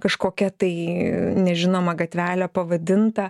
kažkokia tai nežinoma gatvelė pavadinta